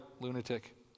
lunatic